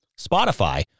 Spotify